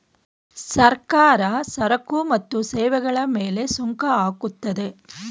ಸರ್ಕಾರ ಸರಕು ಮತ್ತು ಸೇವೆಗಳ ಮೇಲೆ ಸುಂಕ ಹಾಕುತ್ತದೆ